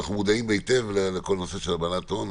אנחנו מודעים היטב לכל הנושא של הלבנת הון,